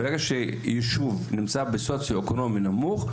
ברגע שיישוב נמצא בסוציו-אקונומי נמוך,